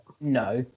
No